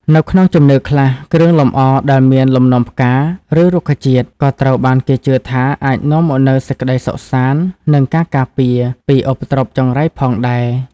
នៅក្នុងជំនឿខ្លះ គ្រឿងលម្អដែលមានលំនាំផ្កា ឬរុក្ខជាតិ ក៏ត្រូវបានគេជឿថាអាចនាំមកនូវ សេចក្តីសុខសាន្ត និងការការពារ ពីឧបទ្រពចង្រៃផងដែរ។